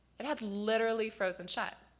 it had literally frozen shut.